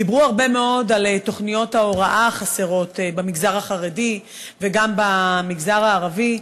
דיברו הרבה מאוד על תוכניות ההוראה החסרות במגזר החרדי וגם במגזר הערבי.